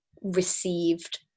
received